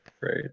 right